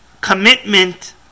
commitment